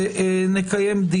נקיים.